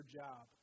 job